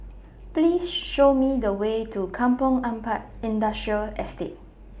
Please Show Me The Way to Kampong Ampat Industrial Estate